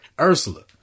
Ursula